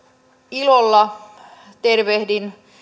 ilolla tervehdin